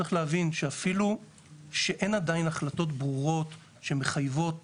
צריך להבין שאפילו כשאין עדיין החלטות ברורות שמחייבות